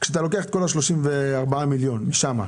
כמו שראיתם, השריפות האחרונות היו מאוד משמעותיות.